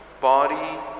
body